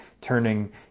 turning